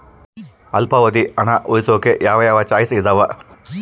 ಅಲ್ಪಾವಧಿ ಹಣ ಉಳಿಸೋಕೆ ಯಾವ ಯಾವ ಚಾಯ್ಸ್ ಇದಾವ?